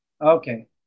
Okay